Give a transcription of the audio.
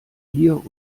hier